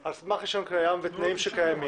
הוא מפעיל את העסק על סמך רישיון קיים ותנאים שקיימים.